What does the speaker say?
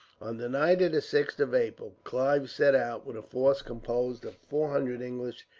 on the night of the sixth of april clive set out with a force composed of four hundred english,